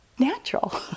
natural